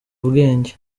ubwenge